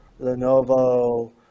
Lenovo